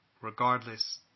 regardless